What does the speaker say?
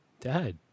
Dad